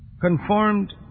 conformed